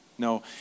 No